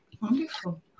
Wonderful